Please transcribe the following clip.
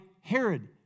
Herod